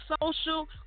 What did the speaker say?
social